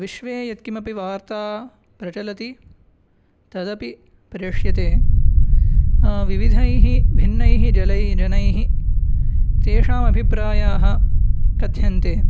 विश्वे यत् किमपि वार्ता प्रचलति तदपि प्रेष्यते विविधैः भिन्नैः जलैः जनैः तेषामभिप्रायाः कथ्यन्ते